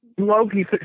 Loki